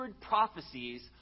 prophecies